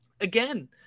again